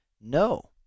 no